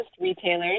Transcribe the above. retailers